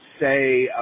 say